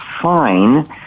fine